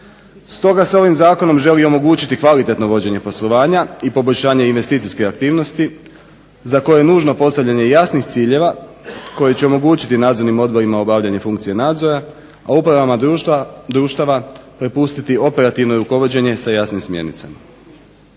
Stoga se ovim zakonom želi omogućiti kvalitetno vođenje poslovanja i poboljšanje investicijske aktivnosti za koje je nužno postavljanje jasnih ciljeva koji će omogućiti nadzornim odborima obavljanje funkcije nadzora, a upravama društava prepustiti operativno rukovođenje sa jasnim smjernicama.